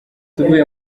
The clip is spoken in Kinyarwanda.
tuvuye